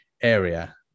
area